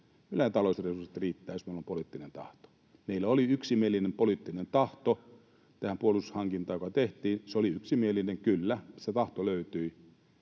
ne taloudelliset resurssit riittävät, jos meillä on poliittinen tahto. Meillä oli yksimielinen poliittinen tahto tähän puolustushankintaan, joka tehtiin. Se oli yksimielinen, kyllä. Se tahto löytyi.